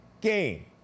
game